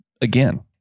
Again